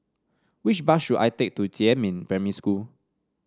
which bus should I take to Jiemin Primary School